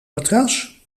matras